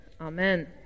amen